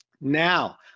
Now